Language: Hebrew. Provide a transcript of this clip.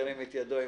ירים את ידו.